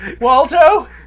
Waldo